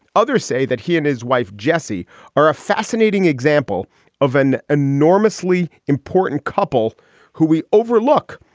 others say that he and his wife, jesse are a fascinating example of an enormously important couple who we overlook,